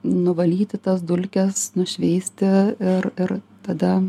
nuvalyti tas dulkes nušveisti ir tada